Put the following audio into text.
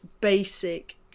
basic